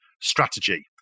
strategy